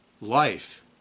life